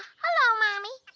hello mommy.